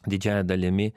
didžiąja dalimi